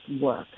work